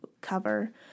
cover